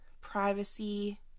privacy